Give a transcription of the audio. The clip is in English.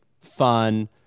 fun